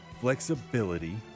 flexibility